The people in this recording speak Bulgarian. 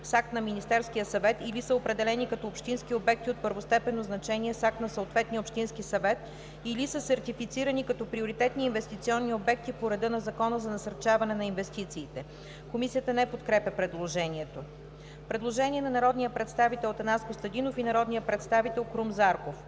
акт на Министерския съвет или са определени като общински обекти от първостепенно значение с акт на съответния общински съвет или са сертифицирани като приоритетни инвестиционни обекти по реда на Закона за насърчаване на инвестициите.“ Комисията не подкрепя предложението. Предложение на народните представители Атанас Костадинов и Крум Зарков.